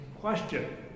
question